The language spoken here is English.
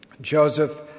Joseph